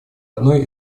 одной